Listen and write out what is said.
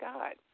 God